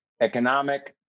economic